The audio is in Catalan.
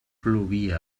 plovia